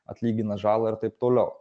atlygina žalą ir taip toliau